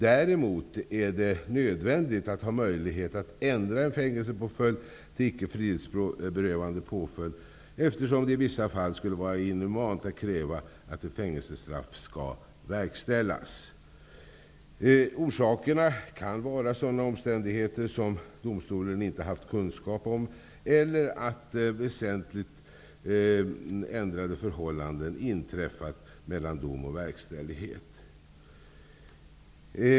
Däremot är det nödvändigt att ha möjlighet att ändra en fängelsepåföljd till icke frihetsberövande påföljd, eftersom det i vissa fall skulle vara inhumant att kräva att ett fängelsestraff skall verkställas. Orsakerna kan vara sådana omständigheter som domstolen inte har haft kunskap om eller att väsentligt ändrade föhållanden inträffat mellan dom och verkställighet.